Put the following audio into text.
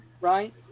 Right